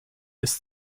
ist